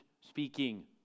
speaking